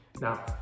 now